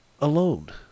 alone